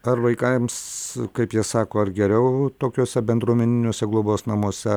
ar vaikams kaip jie sako ar geriau tokiuose bendruomeniniuose globos namuose